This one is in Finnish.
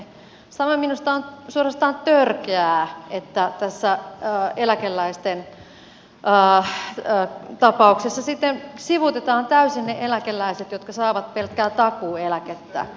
samoin minusta on suorastaan törkeää että tässä eläkeläisten tapauksessa sivuutetaan täysin ne eläkeläiset jotka saavat pelkkää takuueläkettä